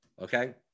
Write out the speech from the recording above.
Okay